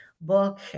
book